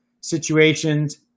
situations